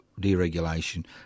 deregulation